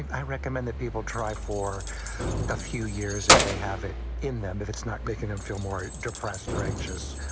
i recommend that people try for a few years, if they have it in them, if it's not making them feel more depressed or anxious.